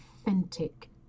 authentic